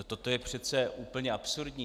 Toto je přece úplně absurdní.